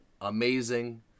amazing